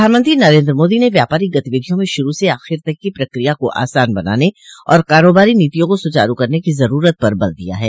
प्रधानमंत्री नरेन्द्र मोदी ने व्यापारिक गतिविधियों में शूरू से आखिर तक की प्रक्रिया को आसान बनाने और कारोबारी नीतियों को सुचारू करने की जरूरत पर बल दिया है